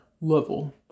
level